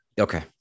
Okay